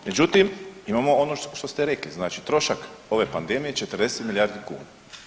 Međutim, imamo ono što ste rekli znači trošak ove pandemije 40 milijardi kuna.